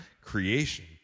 creation